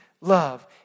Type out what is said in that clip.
love